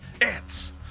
ants